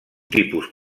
tipus